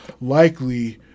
likely